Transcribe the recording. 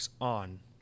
on